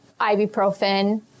ibuprofen